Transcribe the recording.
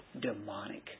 Demonic